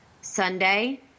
Sunday